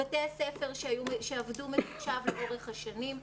בתי ספר שעבדו מתוקשב לאורך השנים.